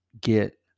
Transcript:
get